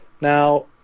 Now